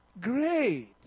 great